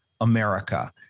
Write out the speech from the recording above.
America